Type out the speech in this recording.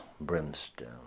brimstone